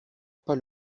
pas